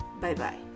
bye-bye